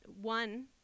one